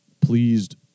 pleased